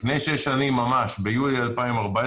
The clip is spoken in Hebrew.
לפני שש שנים, ביולי 2014,